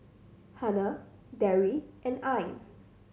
Hana Dewi and Ain